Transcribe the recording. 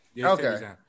Okay